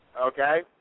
Okay